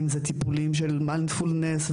מיינדפולנס,